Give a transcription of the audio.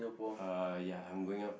uh ya I'm going out